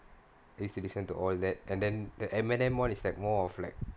I used to listen to all that and then the eminem [one] is like more of like